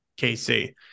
KC